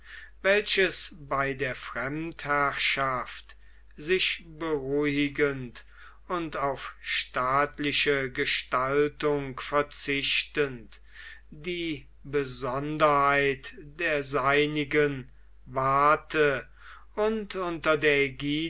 welches bei der fremdherrschaft sich beruhigend und auf staatliche gestaltung verzichtend die besonderheit der seinigen wahrte und unter der